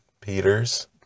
Peter's